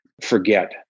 forget